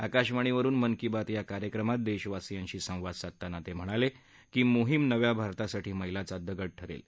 आकाशवाणीवरुन मन की बात कार्यक्रमात देशवासियांशी संवाद साधताना ते म्हणाले की मोहीम नव्या भारतासाठी मैलाचा दगड ठरेल